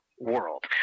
world